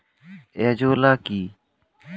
Azolla কি?